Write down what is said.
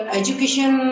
education